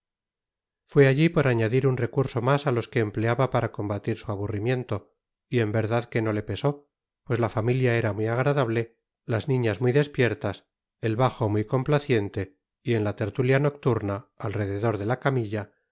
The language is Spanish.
fue allí por añadir un recurso más a los que empleaba para combatir su aburrimiento y en verdad que no le pesó pues la familia era muy agradable las niñas muy despiertas el bajo muy complaciente y en la tertulia nocturna alrededor de la camilla